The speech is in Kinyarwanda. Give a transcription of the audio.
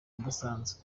udasanzwe